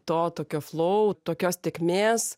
to tokio flow tokios tėkmės